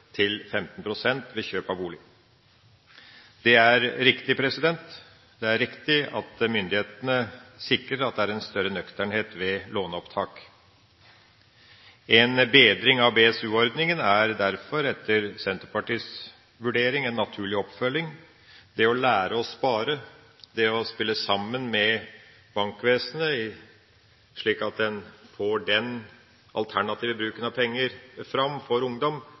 15 pst. ved kjøp av bolig. Det er riktig at myndighetene sikrer at det er en større nøkternhet ved låneopptak. En bedring av BSU-ordninga er derfor etter Senterpartiets vurdering en naturlig oppfølging. Det å lære å spare, det å spille sammen med bankvesenet, slik at en får den alternative bruken av penger fram for ungdom,